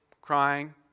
crying